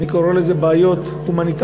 אני קורא לזה בעיות הומניטריות,